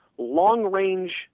long-range